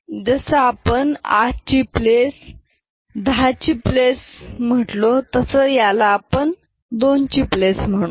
याला अापण 8 ची प्लेस 10 ची प्लेस प्रमाणे 2 ची प्लेस म्हणू